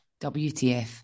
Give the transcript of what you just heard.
WTF